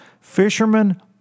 Fishermen